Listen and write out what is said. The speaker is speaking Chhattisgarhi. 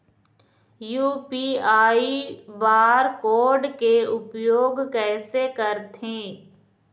यू.पी.आई बार कोड के उपयोग कैसे करथें?